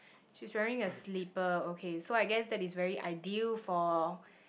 she's wearing a slipper okay so I guess that is very ideal for